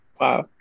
wow